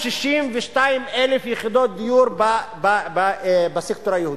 262,000 יחידות דיור בסקטור היהודי.